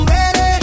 Ready